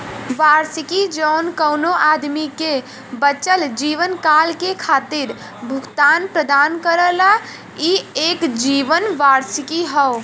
वार्षिकी जौन कउनो आदमी के बचल जीवनकाल के खातिर भुगतान प्रदान करला ई एक जीवन वार्षिकी हौ